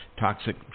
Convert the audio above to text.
Toxic